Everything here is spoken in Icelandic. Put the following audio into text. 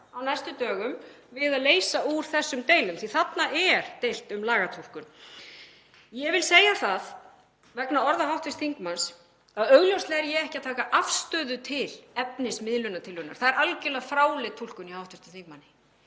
á næstu dögum við að leysa úr þessum deilum, því að þarna er deilt um lagatúlkun. Ég vil segja það, vegna orða hv. þingmanns, að augljóslega er ég ekki að taka afstöðu til efnis miðlunartillögunnar. Það er algjörlega fráleit túlkun hjá hv. þingmanni.